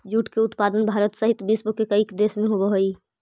jute के उत्पादन भारत सहित विश्व के कईक देश में होवऽ हइ